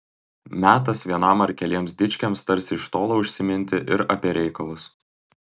metas vienam ar keliems dičkiams tarsi iš tolo užsiminti ir apie reikalus